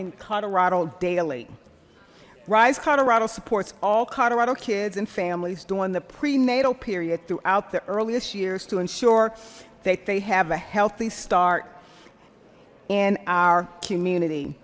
in colorado daily rise colorado supports all colorado kids and families during the prenatal period throughout the earliest years to ensure that they have a healthy start in our community